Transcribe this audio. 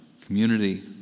community